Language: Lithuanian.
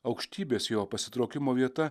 aukštybės jo pasitraukimo vieta